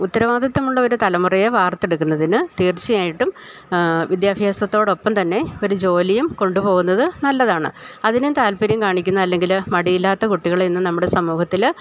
ഉത്തരവാദിത്തമുള്ളൊരു തലമുറയെ വാർത്തെടുക്കുന്നതിന് തീർച്ചയായിട്ടും വിദ്യാഭ്യാസത്തോടൊപ്പം തന്നെ ഒര് ജോലിയും കൊണ്ടുപോകുന്നത് നല്ലതാണ് അതിനും താല്പര്യം കാണിക്കുന്നു അല്ലെങ്കില് മടിയില്ലാത്ത കുട്ടികളിന്നും നമ്മുടെ സമൂഹത്തില്